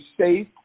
safe